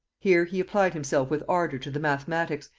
here he applied himself with ardor to the mathematics,